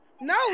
No